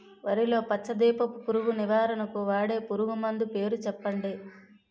వరిలో పచ్చ దీపపు పురుగు నివారణకు వాడే పురుగుమందు పేరు చెప్పండి?